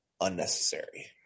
unnecessary